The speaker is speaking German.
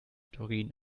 doreen